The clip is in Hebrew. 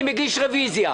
אני מגיש רוויזיה.